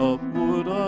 Upward